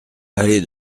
allée